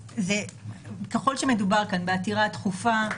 ככל שמדובר כאן בעתירה דחופה,